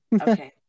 okay